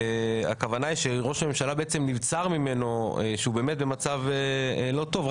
הכוונה היא שראש הממשלה באמת במצב לא טוב ונבצר ממנו.